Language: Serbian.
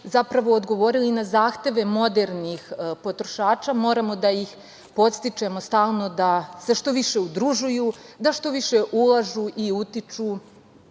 zapravo odgovorili na zahteve modernih potrošača moramo da ih podstičemo stalno da se što više udružuju, da što više ulažu i utiču,